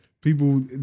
People